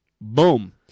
Boom